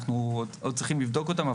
אנחנו עוד צריכים לבדוק אותם.